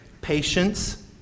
patience